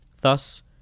thus